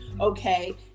okay